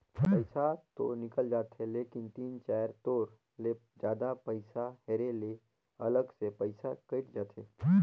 पइसा तो निकल जाथे लेकिन तीन चाएर तोर ले जादा पइसा हेरे ले अलग से पइसा कइट जाथे